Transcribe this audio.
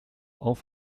auf